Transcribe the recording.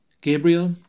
Gabriel